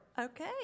Okay